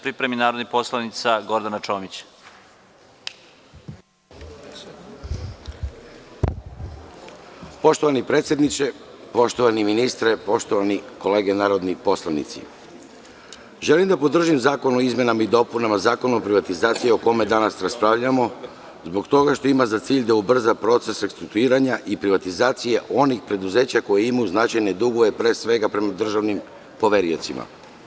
Poštovani predsedniče, poštovani ministre, poštovane kolege narodni poslanici, želim da podržim Zakon o izmenama i dopunama Zakona o privatizaciji o kojem danas raspravljamo, zbog toga što ima za cilj da ubrza proces restrukturiranja i privatizacije onih preduzeća koje imaju značajne dugove, pre svega, prema državnim poveriocima.